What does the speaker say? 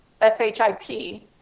S-H-I-P